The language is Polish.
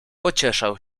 pocieszał